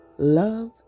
Love